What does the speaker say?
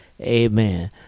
Amen